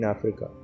Africa